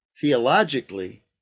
theologically